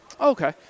Okay